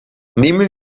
nehmen